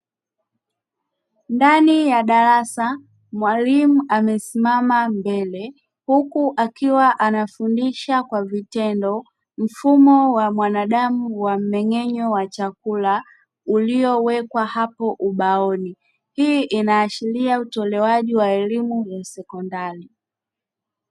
Ndani ya darasa mwalimu amesimama mbele huku akiwa anafundisha kwa vitendo mfumo wa mwanadamu wa mmeng'enyo wa chakula uliowekwa hapo ubaoni, hii inaashiria utolewaji wa elimu ya sekondari.